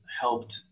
helped